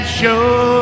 show